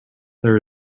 there